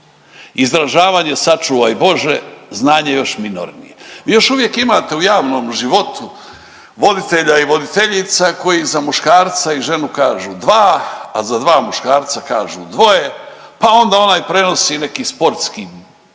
Izražavanje sačuvaj Bože, znanje još minornije. Vi još uvijek imate u javnom životu voditelja i voditeljica koji za muškarca i ženu kažu dva, a za dva muškarca kažu dvoje, pa onda onaj prenosi neki sportski događaj,